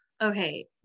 okay